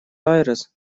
айрес